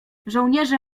żołnierze